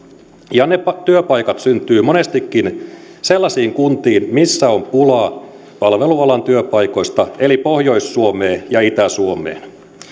ja ne työpaikat syntyvät monestikin sellaisiin kuntiin missä on pulaa palvelualan työpaikoista eli pohjois suomeen ja itä suomeen